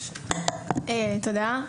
תודה.